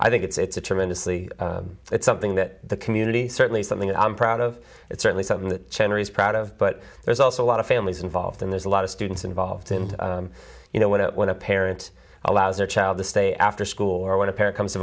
i think it's a tremendously it's something that community certainly something that i'm proud of it's certainly something that china is proud of but there's also a lot of families involved and there's a lot of students involved and you know what when a parent allows their child to stay after school or when a parent comes to